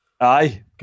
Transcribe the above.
Aye